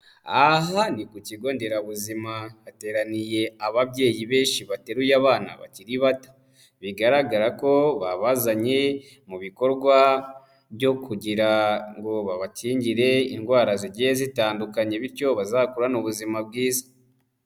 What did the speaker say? Aha ni ku kigo nderabuzima, hateraniye ababyeyi benshi bateruye abana bakiri bato, bigaragara ko babazanye mu bikorwa byo kugira ngo babakingire indwara zigiye zitandukanye bityo bazakurane ubuzima bwiza.